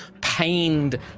pained